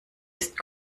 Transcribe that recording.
ist